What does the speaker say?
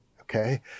okay